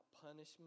punishment